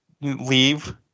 leave